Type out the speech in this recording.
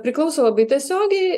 priklauso labai tiesiogiai